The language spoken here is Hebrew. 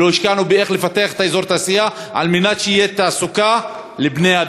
ולא השקענו באיזה אופן לפתח את אזור התעשייה כדי שתהיה תעסוקה לבני-אדם.